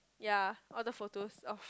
ya all the photos of